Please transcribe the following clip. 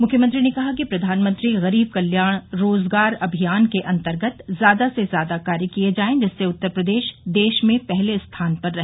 मुख्यमंत्री ने कहा कि प्रधानमंत्री गरीब कल्याण रोजगार अभियान के अन्तर्गत ज्यादा से ज्यादा कार्य किये जाये जिससे उत्तर प्रदेश देश में पहले स्थान पर रहे